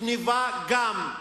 גנבה גם.